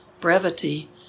brevity